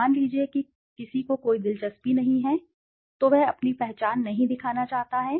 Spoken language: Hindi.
मान लीजिए कि किसी को कोई दिलचस्पी नहीं है तो वह अपनी पहचान नहीं दिखाना चाहता है